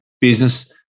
business